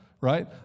right